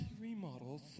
remodels